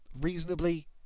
reasonably